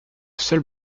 seul